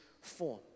form